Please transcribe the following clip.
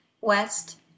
west